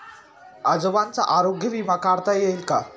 आजोबांचा आरोग्य विमा काढता येईल का?